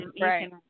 Right